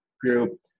group